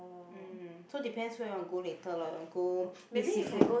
um so depends where you want to go later lor you want go eat seafood